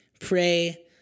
pray